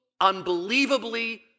unbelievably